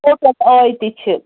آیہِ تہِ چھِ